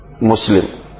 Muslim